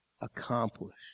accomplished